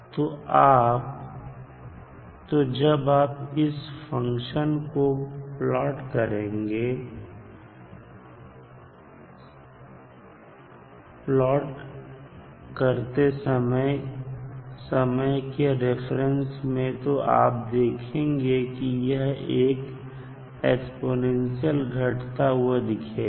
तो जब आप इस फंक्शन को प्लाट करेंगे समय के रिफरेंस में तो आप देखेंगे कि यह एक एक्स्पोनेंशियलई घटता हुआ दिखेगा